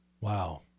Wow